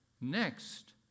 Next